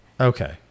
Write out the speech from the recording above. Okay